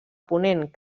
ponent